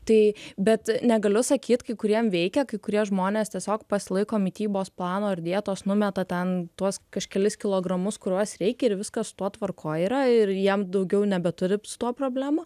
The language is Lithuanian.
tai bet negaliu sakyt kai kuriem veikia kai kurie žmonės tiesiog pasilaiko mitybos plano ar dietos numeta ten tuos kažkelis kilogramus kuriuos reikia ir viskas su tuo tvarkoj yra ir jam daugiau nebeturi su tuo problemų